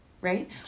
right